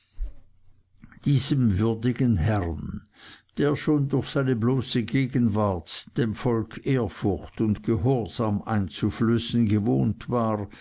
diesem würdigen herrn der schon durch seine bloße gegenwart dem volk ehrfurcht und gehorsam einzuflößen gewohnt war